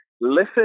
listen